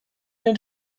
den